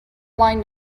line